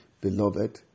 beloved